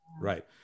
Right. (